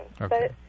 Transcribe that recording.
Okay